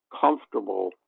comfortable